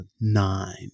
nine